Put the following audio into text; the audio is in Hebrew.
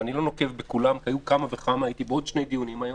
אני מכליל את כולם כי הייתי בעוד שני דיונים היום,